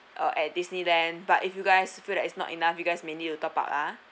uh at disneyland but if you guys feel that is not enough you guys may need to top up ah